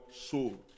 soul